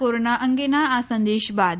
corona અંગેના આ સંદેશ બાદ